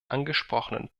angesprochenen